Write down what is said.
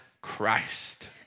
Christ